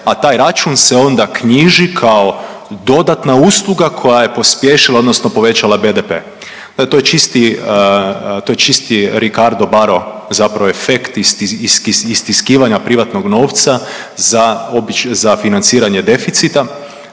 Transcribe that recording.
a taj račun se onda knjiži kao dodatna usluga koja je pospješila odnosno povećala BDP. To je čisti rikardo baro efekt, istiskivanja privatnog novca za financiranje deficita,